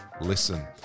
listen